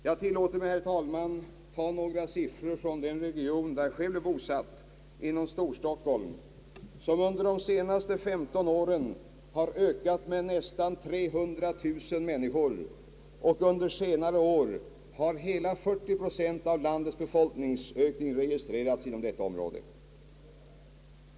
Jag tillåter mig, herr talman, att ta några siffror från den region där jag själv är bosatt, nämligen Stockholm, som under de senaste femton åren ökat med nästan 300000 människor. Under senare år har hela 40 procent av landets befolkningsökning registrerats i detta område.